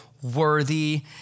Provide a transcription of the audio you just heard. Worthy